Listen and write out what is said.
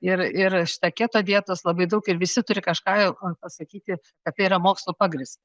ir ir šita keto dietos labai daug ir visi turi kažką pasakyti kad tai yra mokslu pagrįsta